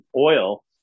oil